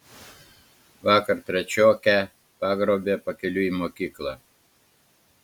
vakar trečiokę pagrobė pakeliui į mokyklą